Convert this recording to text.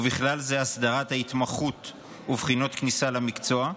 ובכלל זה אסדרת ההתמחות ובחינות כניסה למקצוע,